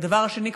הדבר השני הוא,